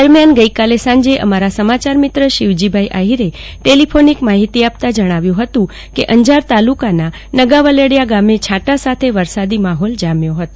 દરમિયાન ગઈકાલે સાંજે અમારા સમાચાર મિત્ર શિવજી આફીરે ટેલિફોનીક માહિતીમાં જણાવ્યુ હતું કે અંજાર તાલુકાના નગાવલાડીયા ગામે છાંટા સાથે વરસાદી માફોલ જામ્યો હતો